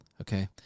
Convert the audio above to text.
okay